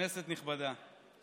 כנסת נכבדה,